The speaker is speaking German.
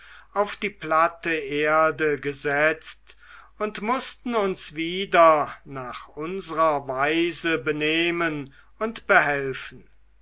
auf die platte erde gesetzt und mußten uns wieder nach unsrer weise benehmen und behelfen